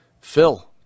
Phil